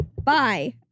Bye